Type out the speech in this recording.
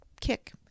kick